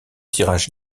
tirage